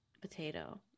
potato